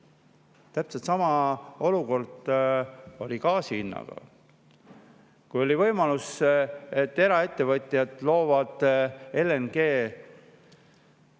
Täpselt sama olukord oli gaasi hinnaga. Kui oli võimalus, et eraettevõtjad loovad LNG-kai,